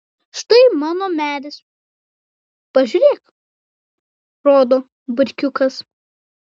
štai mano medis pažiūrėk rodo butkiukas